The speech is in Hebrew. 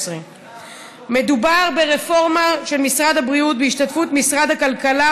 שלי ושל חברת הכנסת שרן השכל,